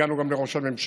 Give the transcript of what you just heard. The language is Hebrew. הגענו גם לראש הממשלה,